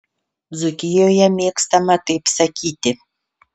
dzūkijoje mėgstama taip sakyti